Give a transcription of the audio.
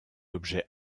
objet